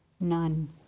None